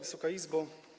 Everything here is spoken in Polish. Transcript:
Wysoka Izbo!